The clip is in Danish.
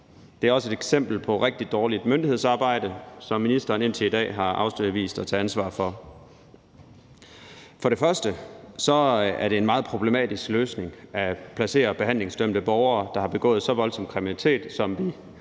Det er også et eksempel på rigtig dårligt myndighedsarbejde, som ministeren indtil i dag har afvist at tage ansvar for. Først og fremmester det en meget problematisk løsning at placere behandlingsdømte borgere, der har begået så voldsom kriminalitet, som vi